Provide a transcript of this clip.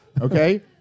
okay